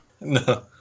No